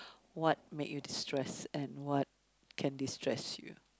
what make you stressed and what can destress you